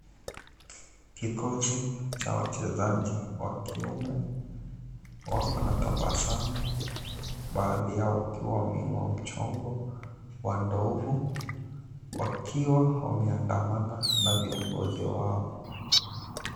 Kikosi cha wachezaji wa kiume wako na tabasamu, baadhi yao wakiwa wameinua mchongo wa ndovu, wakiwa wameandamana na viongozi wao.